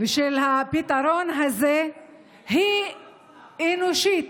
ושל הפתרון הזה היא אנושית.